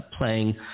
playing